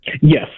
Yes